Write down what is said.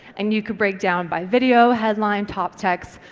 and you could break down by video, headline, top text,